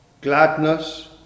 gladness